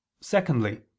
Secondly